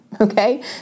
okay